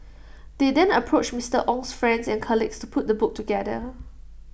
they then approached Mister Ong's friends and colleagues to put the book together